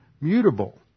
mutable